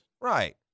Right